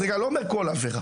אני לא אומר כל עבירה